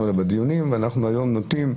שדיברנו עליהם בדיונים אנחנו היום נוטים,